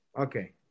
Okay